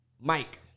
Mike